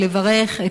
ולברך,